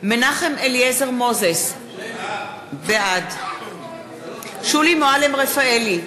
מנחם אליעזר מוזס, בעד שולי מועלם-רפאלי,